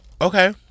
Okay